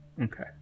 Okay